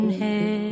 head